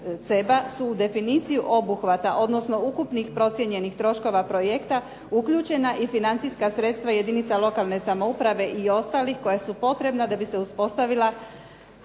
su u definiciji obuhvata, odnosno ukupnih procijenjenih troškova projekta uključena i financijska sredstva jedinica lokalne samouprave i ostalih koja su potrebna da bi se uspostavila